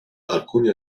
alcuni